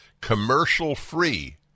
commercial-free